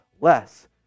less